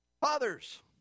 Fathers